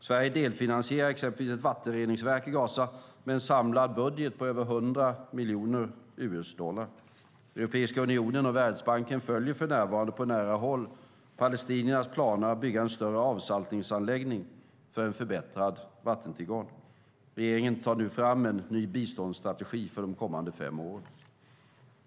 Sverige delfinansierar exempelvis ett vattenreningsverk i Gaza med en samlad budget på över 100 miljoner US-dollar. Europeiska unionen och Världsbanken följer för närvarande på nära håll palestiniernas planer att bygga en större avsaltningsanläggning för förbättrad vattentillgång. Regeringen tar nu fram en ny biståndsstrategi för de kommande fem åren.